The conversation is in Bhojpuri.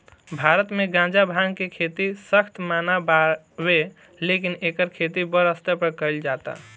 भारत मे गांजा, भांग के खेती सख्त मना बावे लेकिन एकर खेती बड़ स्तर पर कइल जाता